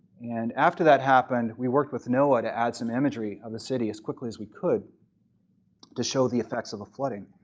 and after that happened, we worked with noaa to add some imagery of the city as quickly as we could to show the effects of the flooding.